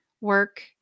work